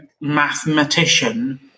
mathematician